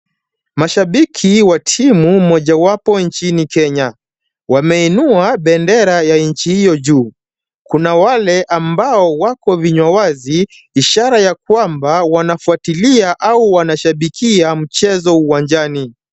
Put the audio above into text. Mashabiki wa timu moja wapo nchini Kenya, wameinua bendera ya nchi hiyo juu . Kuna wale ambao wako vinywa wazi ishara ya kwamba wanafuatilia au wanashabikia mchezo uwanjani.